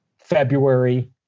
February